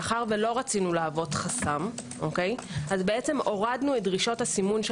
מאחר שלא רצינו להוות חסם הורדנו את דרישות הסימון של